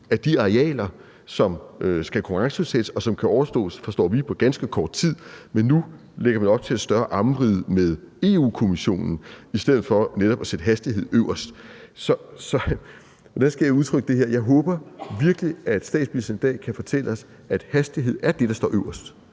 af de arealer, som skal konkurrenceudsættes, hvilket kan overstås, forstår vi, på ganske kort tid. Men nu lægger man op til et større armvrid med Europa-Kommissionen i stedet for netop at sætte hastigheden øverst på dagsordenen. Så – hvordan skal jeg udtrykke det her – jeg håber virkelig, at statsministeren i dag kan fortælle os, at hastighed er det, der står øverst